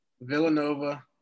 Villanova